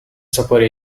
sapore